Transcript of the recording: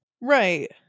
Right